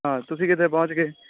ਹਾਂ ਤੁਸੀਂ ਕਿੱਥੇ ਪਹੁੰਚ ਗਏ